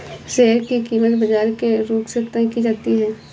share की कीमत बाजार के रुख से तय की जाती है